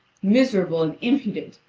miserable and impudent,